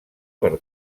per